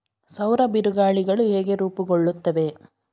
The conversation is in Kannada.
ಸೌರ ಬಿರುಗಾಳಿಗಳು ಹೇಗೆ ರೂಪುಗೊಳ್ಳುತ್ತವೆ?